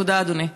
תודה, אדוני.